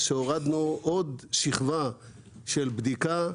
שהורדנו עוד שכבה של בדיקה,